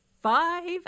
five